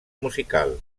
musical